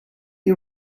you